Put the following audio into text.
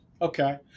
Okay